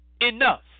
enough